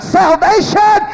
salvation